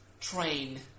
train